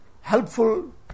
helpful